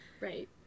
Right